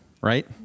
Right